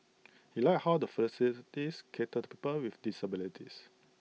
he liked how the facilities cater to people with disabilities